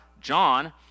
John